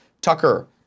Tucker